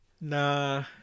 Nah